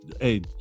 Hey